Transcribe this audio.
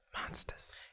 Monsters